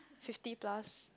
fifty plus